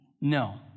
No